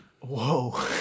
whoa